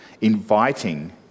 inviting